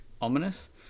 ominous